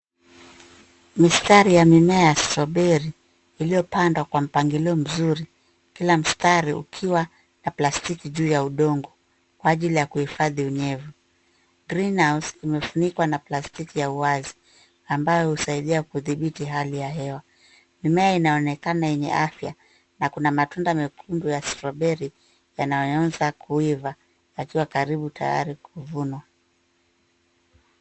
Mistari ya mimea ya strawberry iliyo pandwa kwa mpangilio mzuri. Kila mstari ukiwa na plastiki juu ya udongo kwa ajili ya kuhifadhi unyevu. Greenhouse imefunikwa na plastki ya wazi ambayo husaidia kudhibiti hali ya hewa. Mimea inaonekana yenye afya na kuna matunda mekundu ya strawberry yanayoanza kuiva yakiwa karibu tayari kuvunwa.